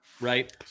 right